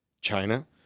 China